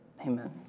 amen